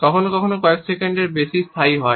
কখনও কখনও কয়েক সেকেন্ডেরও বেশি স্থায়ী হয়